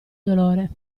dolore